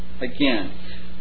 again